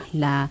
la